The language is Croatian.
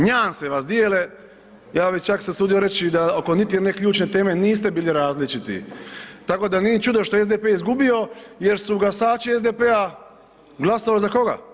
Nijanse vas dijele, ja bi čak se usudio reći da oko niti jedne ključne teme niste bili različiti, tako da nije čudo što je SDP izgubio jer su glasači SDP-a glasovali za koga?